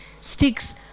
sticks